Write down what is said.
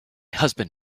husband